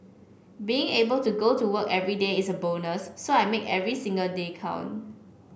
being able to go to work everyday is a bonus so I make every single day count